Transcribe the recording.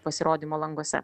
pasirodymo languose